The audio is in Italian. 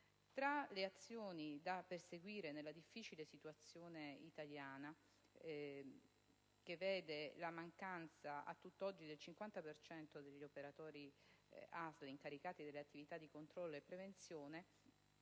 Tra le azioni da perseguire nella difficile situazione italiana, che vede la mancanza a tutt'oggi del 50 per cento degli operatori ASL incaricati delle attività di controllo e prevenzione